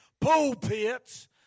pulpits